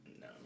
No